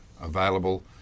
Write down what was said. available